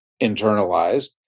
internalized